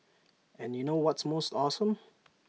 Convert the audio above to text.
and you know what's most awesome